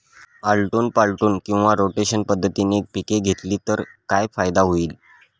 आलटून पालटून किंवा रोटेशन पद्धतीने पिके घेतली तर काय फायदा होईल?